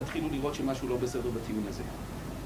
התחילו לראות שמשהו לא בסדר בטיעון הזה